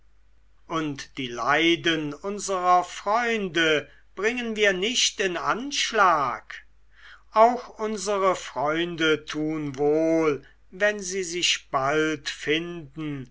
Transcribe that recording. und die leiden unserer freunde bringen wir nicht in anschlag auch unsere freunde tun wohl wenn sie sich bald finden